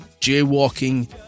jaywalking